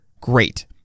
great